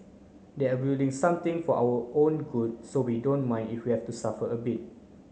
they're building something for our own good so we don't mind if we are to suffer a bit